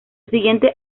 siguiente